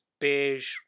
beige